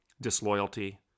disloyalty